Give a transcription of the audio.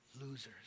losers